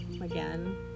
again